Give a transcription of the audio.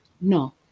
No